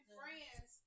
friends